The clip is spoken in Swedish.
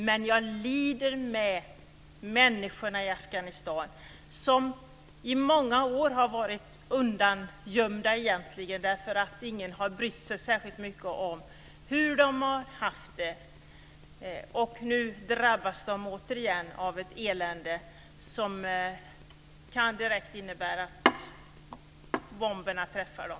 Men jag lider med människorna i Afghanistan som i många år har varit undangömda därför att ingen har brytt sig särskilt om hur de har haft det. Nu drabbas de återigen av ett elände som direkt kan innebära att bomberna träffar dem.